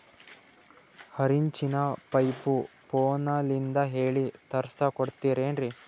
ಆರಿಂಚಿನ ಪೈಪು ಫೋನಲಿಂದ ಹೇಳಿ ತರ್ಸ ಕೊಡ್ತಿರೇನ್ರಿ?